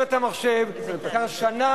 חבר הכנסת חרמש ולתמוך בהצעת החוק בקריאה השנייה